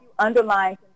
underlying